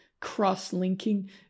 cross-linking